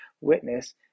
witness